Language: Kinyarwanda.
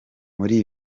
muri